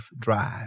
drive